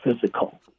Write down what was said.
physical